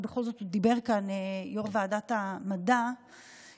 כי בכל זאת יו"ר ועדת המדע דיבר כאן,